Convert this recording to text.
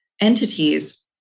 entities